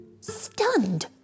stunned